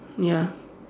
ya